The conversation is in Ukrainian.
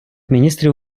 міністрів